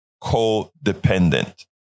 co-dependent